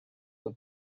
were